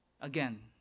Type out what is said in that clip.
again